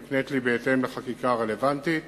המוקנית לי בהתאם לחקיקה הרלוונטית.